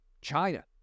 China